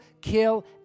kill